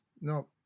no